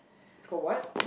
it's called what